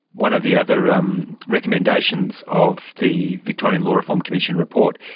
one of the other um recommendations of the victorian law reform commission report,